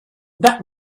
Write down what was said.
that